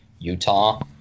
Utah